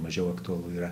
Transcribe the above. mažiau aktualu yra